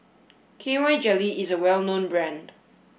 K Y Jelly is a well known brand